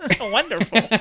Wonderful